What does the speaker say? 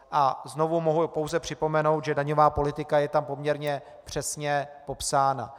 A znovu mohu pouze připomenout, že daňová politika je tam poměrně přesně popsána.